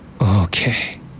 Okay